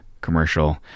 commercial